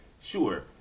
sure